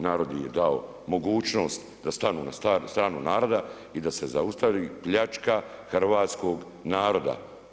Narod im je dao mogućnost da stanu na stranu naroda i da se zaustavi pljačka hrvatskoga naroda.